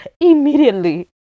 immediately